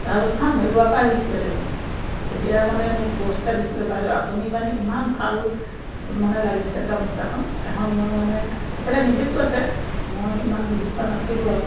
ৰাজস্থান ভেলুৰৰপৰা আহিছিলে তেওঁ তেতিয়া মানে মোক পুৰস্কাৰ দিছিলে বাইদেউ আপুনি মানে ইমান ভাল মানে লাগিছে গামোচাখন এখন মই মানে তেখেতে হিন্দীত কৈছে মই ইমান বুজি পোৱা নাছিলোঁ আৰু